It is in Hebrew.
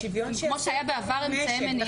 כמו שבעבר היו אמצעי המניעה.